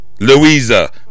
Louisa